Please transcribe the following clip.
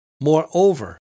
Moreover